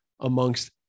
amongst